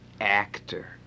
actor